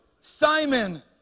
Simon